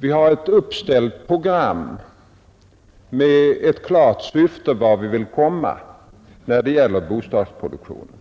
Vi har ett uppställt program med ett klart syfte vart vi vill komma när det gäller bostadsproduktionen.